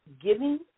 giving